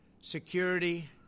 Security